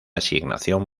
asignación